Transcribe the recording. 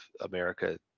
america